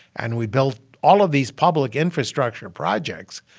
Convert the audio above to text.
and we built all of these public infrastructure projects.